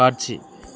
காட்சி